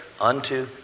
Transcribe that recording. unto